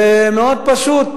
ומאוד פשוט,